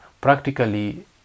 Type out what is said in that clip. Practically